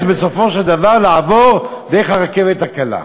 בסופו של דבר לעבור דרך הרכבת הקלה.